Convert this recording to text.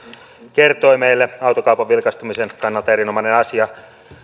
kertoi meille autokaupan vilkastumisen kannalta erinomainen asia